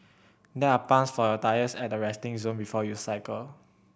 there are pumps for your tyres at the resting zone before you cycle